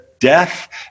Death